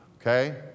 Okay